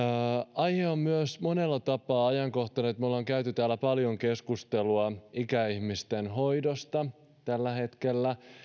aihe on myös monella tapaa ajankohtainen kun me olemme käyneet täällä paljon keskustelua ikäihmisten hoidosta tällä hetkellä